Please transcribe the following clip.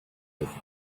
earth